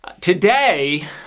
Today